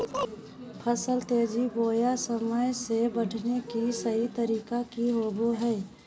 फसल तेजी बोया सामान्य से बढने के सहि तरीका कि होवय हैय?